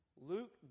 Luke